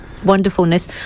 wonderfulness